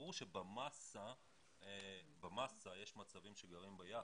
ברור שבמסה יש מצבים שגרים ביחד,